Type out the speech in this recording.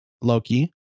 Loki